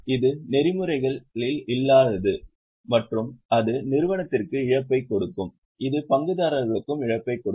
இது நெறிமுறைகள் இல்லாதது மற்றும் அது நிறுவனத்திற்கு இழப்பைக் கொடுக்கும் இது பங்குதாரர்களுக்கும் இழப்பைக் கொடுக்கும்